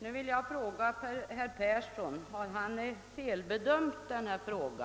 Nu vill jag fråga herr Persson: Har denne företrädare felbedömt denna fråga?